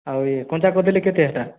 ଆଉ ଇଏ କଞ୍ଚା କଦଲୀ କେତେ ହେଟା